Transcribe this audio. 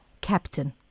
captain